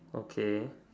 okay